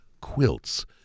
quilts